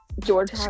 George